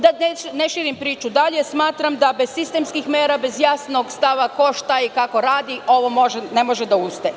Da ne širim priču dalje, smatram da bez sistemskih mera, bez jasnog stava ko, šta i kako radi, ovo ne može da uspe.